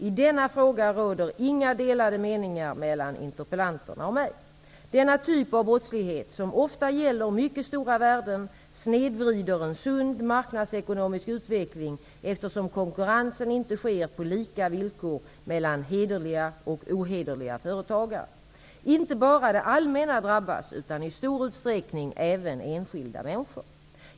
I denna fråga råder inga delade meningar mellan interpellanterna och mig. Denna typ av brottslighet, som ofta gäller mycket stora värden, snedvrider en sund marknadsekonomisk utveckling, eftersom konkurrensen inte sker på lika villkor mellan hederliga och ohederliga företagare. Inte bara det allmänna drabbas utan i stor utsträckning även enskilda människor.